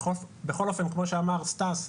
בכל אופן, כמו שאמר סטס,